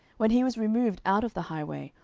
when he was removed out of the highway,